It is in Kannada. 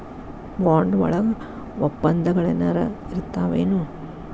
ಬಾಂಡ್ ವಳಗ ವಪ್ಪಂದಗಳೆನರ ಇರ್ತಾವೆನು?